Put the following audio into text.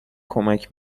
کمک